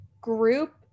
group